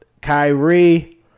Kyrie